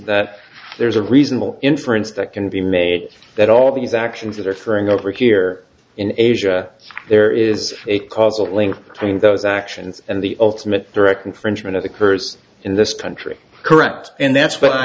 that there's a reasonable inference that can be made that all these actions that are throwing over here in asia there is a causal link between those actions and the ultimate direct infringement it occurs in this country correct and that's wh